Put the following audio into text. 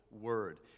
word